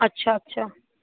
अच्छा अच्छा